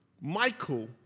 Michael